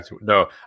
No